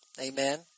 Amen